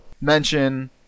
mention